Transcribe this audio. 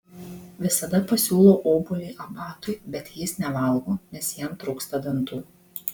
visada pasiūlau obuolį abatui bet jis nevalgo nes jam trūksta dantų